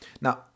Now